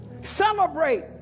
Celebrate